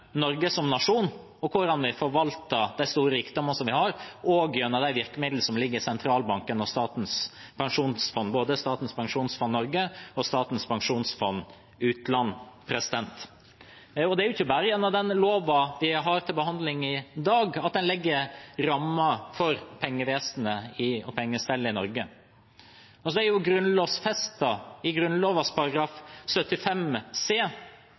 Norge som nasjon, og for hvordan vi forvalter de store rikdommene vi har, også gjennom de virkemidlene som ligger i sentralbanken og Statens pensjonsfond – både Statens pensjonsfond Norge og Statens pensjonsfond utland. Det er ikke bare gjennom den loven vi har til behandling i dag, at en legger rammer for pengevesenet og pengestellet i Norge. Det er grunnlovfestet, i Grunnloven § 75 c,